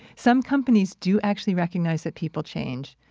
some companies do actually recognize that people change.